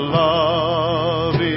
love